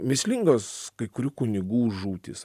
mįslingos kai kurių kunigų žūtys